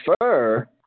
prefer